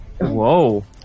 Whoa